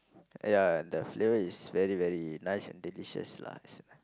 ya the flavour is very very nice and delicious lah